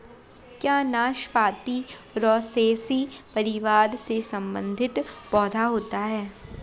क्या नाशपाती रोसैसी परिवार से संबंधित पौधा होता है?